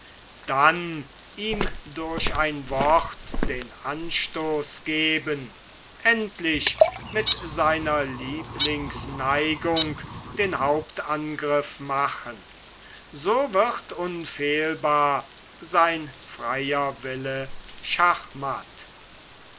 dann ihm durch ein wort den anstoß geben endlich mit seiner lieblingsneigung den hauptangriff machen so wird unfehlbar sein freier wille schachmatt